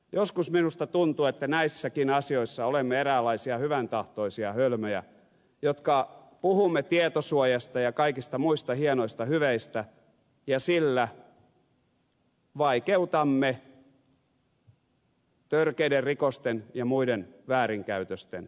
joskus minusta tuntuu että näissäkin asioissa olemme eräänlaisia hyväntahtoisia hölmöjä jotka puhumme tietosuojasta ja kaikista muista hienoista hyveistä ja sillä vaikeutamme törkeiden rikosten ja muiden väärinkäytösten selvittä mistä